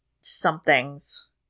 somethings